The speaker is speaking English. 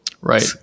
Right